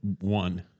One